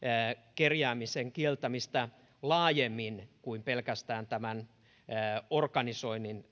kerjäämisen kieltämistä laajemmin kuin pelkästään tämän organisoinnin